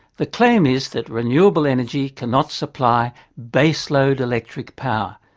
the claim is that renewable energy cannot supply base-load electric power.